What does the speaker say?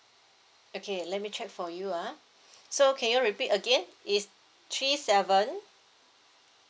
okay let me check for you ah sir can you repeat again is three seven